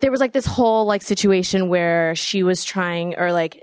there was like this whole like situation where she was trying or like